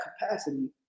capacity